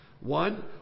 One